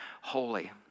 holy